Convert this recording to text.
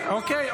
אוקיי,